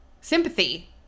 sympathy